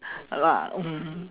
ah lah mm